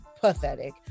pathetic